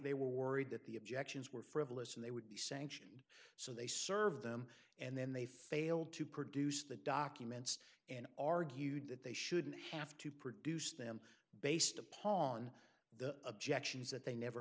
they were worried that the objections were frivolous and they would be sanctioned so they serve them and then they failed to produce the documents and argued that they shouldn't have to produce them based upon the objections that they never